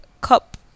cup